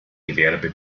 gewerbe